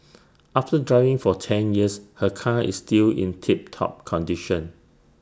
after driving for ten years her car is still in tip top condition